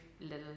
Little